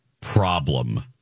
problem